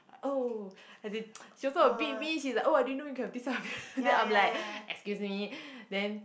like oh as in she also a bit mean she like oh I didn't know you can have this type of person then I'm like excuse me then